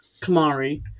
Kamari